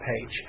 page